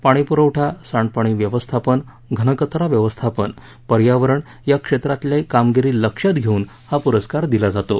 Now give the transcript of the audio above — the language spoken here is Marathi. पाणी पुरवठा सांडपाणी व्यवस्थापन घनकचरा व्यवस्थापन पर्यावरण या क्षेत्रातील कामगिरी लक्षात घेऊन हा पुरस्कार देण्यात येतो